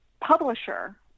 publisher